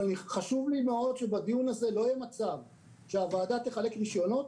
אבל חשוב לי מאוד שבדיון הזה לא יהיה מצב שהוועדה תחלק רשיונות,